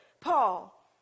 Paul